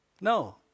No